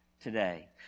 today